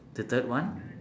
the third one